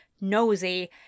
nosy